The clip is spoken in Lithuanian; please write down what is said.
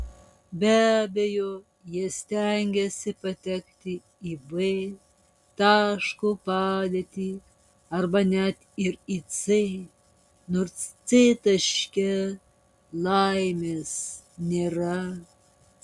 be abejo jie stengiasi patekti į b taško padėtį arba net ir į c nors c taške laimės nėra